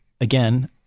again